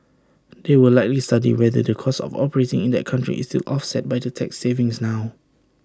they will likely study whether the cost of operating in that country is still offset by the tax savings now